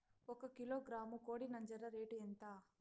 ఒక కిలోగ్రాము కోడి నంజర రేటు ఎంత?